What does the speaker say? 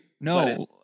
No